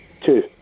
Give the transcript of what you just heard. Two